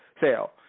sale